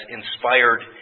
inspired